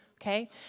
Okay